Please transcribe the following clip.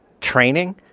training